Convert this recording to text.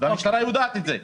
והמשטרה יודעת את זה.